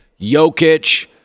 Jokic